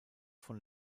von